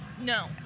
No